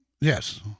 Yes